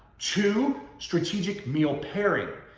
two, strategic meal pairing.